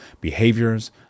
behaviors